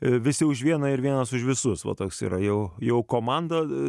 visi už vieną ir vienas už visus va toks yra jau jau komanda